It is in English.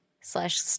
slash